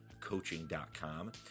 coaching.com